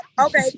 Okay